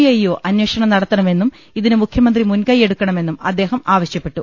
I യോ അന്വേഷണം നടത്തണമെന്നും ഇതിന് മുഖ്യമന്ത്രി മുൻകൈയെടു ക്കണമെന്നും അദ്ദേഹം ആവശ്യപ്പെട്ടു